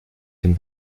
den